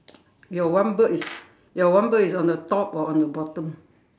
your one bird is your one bird is on the top or on the bottom